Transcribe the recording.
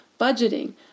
budgeting